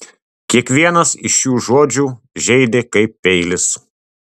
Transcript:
kiekvienas iš šių žodžių žeidė kaip peilis